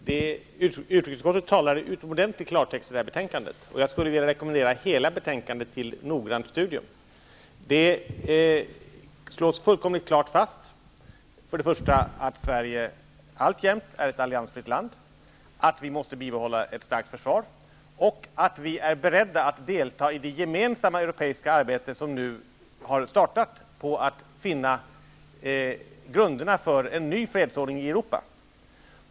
Herr talman! Utrikesutskottet talar klartext i detta betänkande. Jag skulle vilja rekommendera hela betänkandet för noggrant studium. Det slås fast att Sverige alltjämt är ett alliansfritt land, att vi måste bibehålla ett starkt försvar och att vi är beredda att delta i det gemensamma europeiska arbete, som nu har startat, på att finna grunderna för en ny fredsordning i Europa.